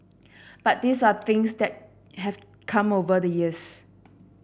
but these are things that have come over the years